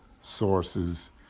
sources